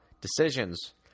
Decisions